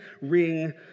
ring